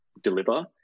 deliver